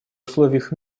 условиях